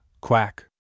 Quack